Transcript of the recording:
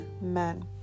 men